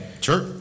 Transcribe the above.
Sure